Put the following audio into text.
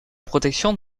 protection